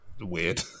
weird